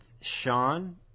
Sean